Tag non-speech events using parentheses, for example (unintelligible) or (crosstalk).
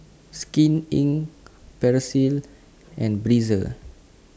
Skin Inc (unintelligible) and Breezer